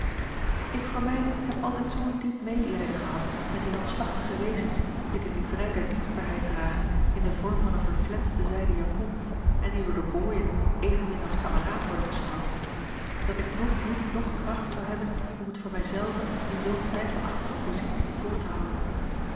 ik voor mij heb altijd zoo'n diep medelijden gehad met die halfslachtige wezens die de livrei der dienstbaarheid dragen in den vorm van eene verflenste zijden japon en die door de booien evenmin als kameraad worden beschouwd dat ik noch moed noch kracht zou hebben om het voor mij zelve in zoo'n twijfelachtige positie vol te houden